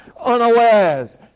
Unawares